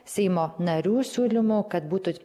seimo narių siūlymu kad būtų